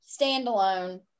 standalone